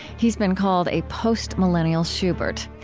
he's been called a post-millennial schubert.